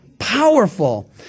powerful